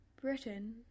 Britain